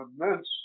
immense